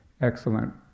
excellent